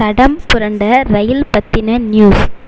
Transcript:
தடம் புரண்ட இரயில் பற்றின நியூஸ்